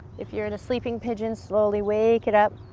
if you're in a sleeping pigeon, slowly wake it up,